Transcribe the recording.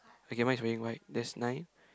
okay mine is wearing white there's nine